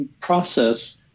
process